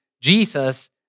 Jesus